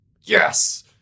Yes